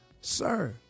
Sir